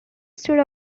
stood